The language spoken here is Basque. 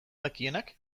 dakienak